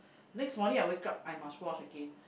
next morning I wake up I must wash again